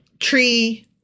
Tree